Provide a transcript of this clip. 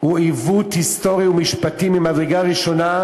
היא עיוות היסטורי ומשפטי ממדרגה ראשונה,